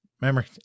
Memory